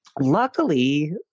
Luckily